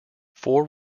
four